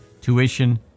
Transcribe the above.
tuition